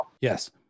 yes